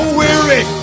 weary